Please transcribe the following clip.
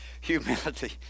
Humility